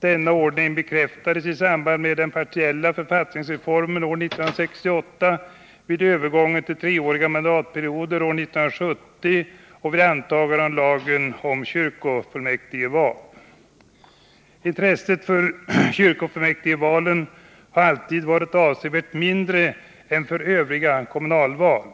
Denna ordning bekräftades i samband med den partiella författningsreformen år 1968, vid övergången till treåriga mandatperioder år 1970 och vid antagande av lagen om kyrkofullmäktigval. Intresset för kyrkofullmäktigvalen har alltid varit avsevärt mindre än för övriga kommunalval.